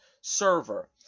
server